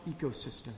ecosystem